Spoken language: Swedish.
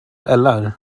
eller